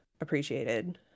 appreciated